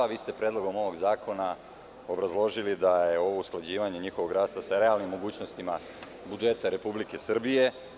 Vi ste predlogom ovog zakona obrazložili da je ovo usklađivanje njihovog rasta sa realnim mogućnostima budžeta Republike Srbije.